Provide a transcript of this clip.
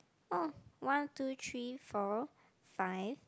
oh one two three four five